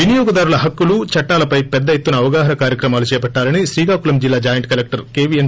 వినియోగదారుల హక్కులు చట్టాలపై పెద్ద ఎత్తున అవగాహన కార్యక్రమాలు చేపట్టాలని శ్రీకాకుళం జిల్లా జాయింట్ కలెక్టర్ కెవిఎస్